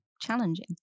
challenging